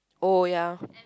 oh ya